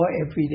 everyday